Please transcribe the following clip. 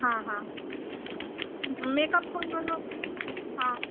हां हां मेकअप कोण करणार हां